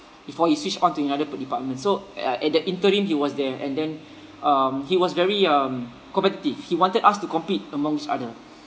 before he switched on to another de~ department so uh at that interim he was there and then um he was very um competitive he wanted us to compete amongst each other